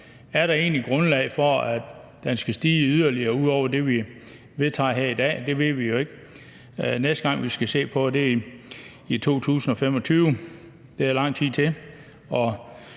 om der egentlig er grundlag for, at den skal stige yderligere ud over det, vi vedtager her i dag. Det ved vi jo ikke. Næste gang, vi skal se på det, er i 2025. Der er lang tid til,